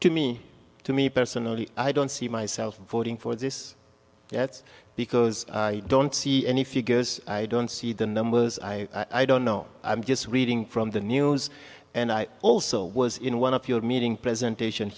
to me to me personally i don't see myself voting for this yet because i don't see any figures i don't see the numbers i i don't know i'm just reading from the news and i also was in one of your meeting presentation